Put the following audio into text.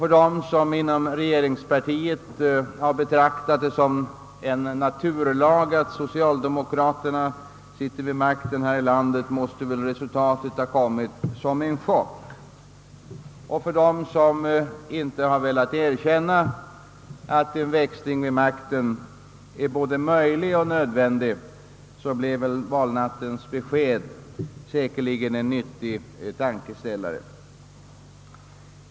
För dem som inom regeringspartiet har betraktat det som en naturlag, att socialdemokraterna skall sitta vid makten i vårt land, måste resultatet ha kommit som en chock, och för dem som inte har velat erkänna att en växling vid makten är både möjlig och nödvändig blev valnattens besked säkerligen en nyttig tankeställare.